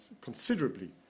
considerably